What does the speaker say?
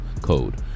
code